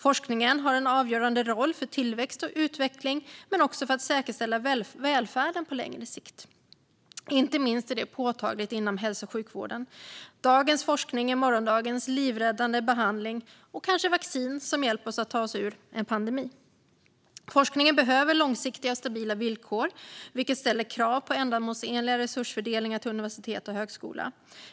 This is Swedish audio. Forskningen har en avgörande roll för tillväxt och utveckling men också för att säkerställa välfärden på längre sikt. Inte minst är detta påtagligt inom hälso och sjukvården. Dagens forskning blir morgondagens livräddande behandling eller kanske vacciner som hjälper oss att ta oss ur en pandemi. Forskningen behöver långsiktiga och stabila villkor, vilket ställer krav på ändamålsenlig resursfördelning till universitet och högskola.